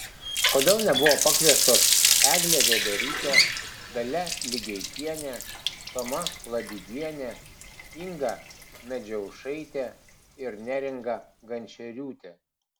kodėl nebuvo pakviestos eglė vėberytė dalia ligeikienė toma ladygienė inga medžiaušaitė ir neringa gančieriūtė